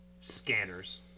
Scanners